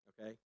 okay